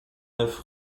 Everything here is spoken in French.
neuf